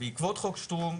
בעקבות חוק שטרום,